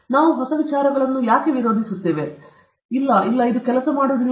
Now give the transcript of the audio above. ನಾವು ಹೊಸ ವಿಚಾರಗಳನ್ನು ವಿರೋಧಿಸುತ್ತೇವೆ ಇಲ್ಲ ಇಲ್ಲ ಇದು ಕೆಲಸ ಮಾಡುವುದಿಲ್ಲ